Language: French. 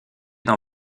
dans